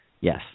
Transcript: Yes